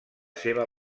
seva